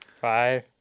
Five